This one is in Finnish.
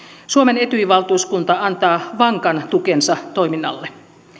suomen etyj valtuuskunta antaa vankan tukensa toiminnalle